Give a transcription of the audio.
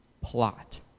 plot